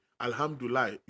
alhamdulillah